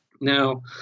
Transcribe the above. Now